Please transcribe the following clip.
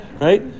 right